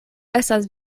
estas